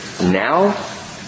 now